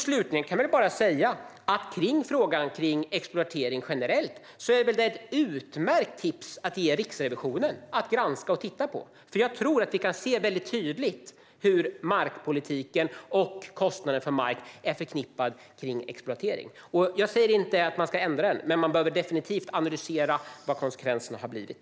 Slutligen är det ett utmärkt tips till Riksrevisionen att granska och titta på frågan om expropriation generellt, för vi kan tydligt se hur markpolitiken och kostnaden för mark är förknippad med expropriation. Jag säger inte att man ska ändra den, men man behöver definitivt analysera vad konsekvenserna har blivit.